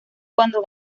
cuando